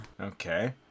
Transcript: Okay